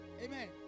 Amen